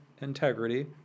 integrity